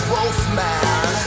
Wolfman